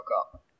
up